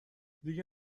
دیگه